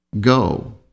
Go